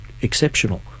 exceptional